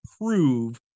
prove